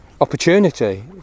opportunity